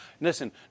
Listen